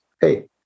hey